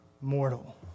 mortal